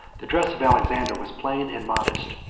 the dress of alexander was plain and modest,